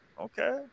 okay